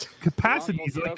capacities